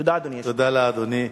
תודה, אדוני היושב-ראש.